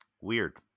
Weird